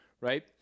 right